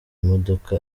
imodoka